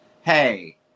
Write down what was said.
Hey